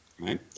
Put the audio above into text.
right